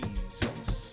Jesus